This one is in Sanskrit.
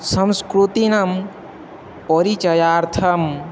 संस्कृतीनाम् परिचयार्थम्